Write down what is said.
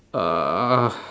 uh